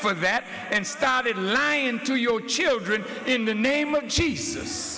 for that and started lying to your children in the name of jesus